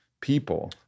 people